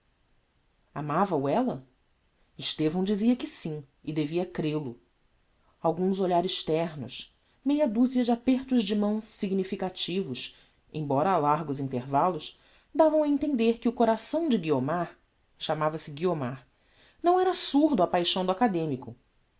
puro amava-o ella estevão dizia que sim e devia crel o alguns olhares ternos meia duzia de apertos de mão significativos embora a largos intervallos davam a entender que o coração de guiomar chamava se guiomar não era surdo á paixão do academico